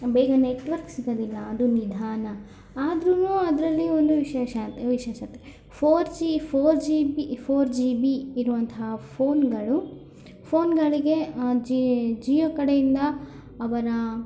ಬೇಗ ನೆಟ್ವರ್ಕ್ ಸಿಗೋದಿಲ್ಲ ಅದು ನಿಧಾನ ಆದ್ರು ಅದರಲ್ಲಿ ಒಂದು ವಿಶೇಷ ವಿಶೇಷತೆ four G four G B four G B ಇರುವಂತಹ ಫೋನ್ಗಳು ಫೋನ್ಗಳಿಗೆ ಜಿಯೋ ಕಡೆಯಿಂದ ಅವನ